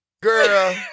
Girl